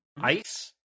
Ice